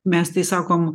mes tai sakom